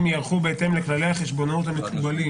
ייערכו בהתאם לכללי החשבונאות המקובלים